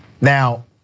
Now